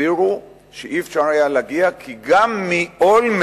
הסבירו שלא היה אפשר להגיע, כי גם מאולמרט,